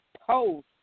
post